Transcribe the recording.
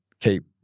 keep